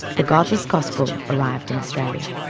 the godless gospel arrived in australia.